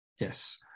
Yes